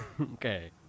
okay